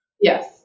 Yes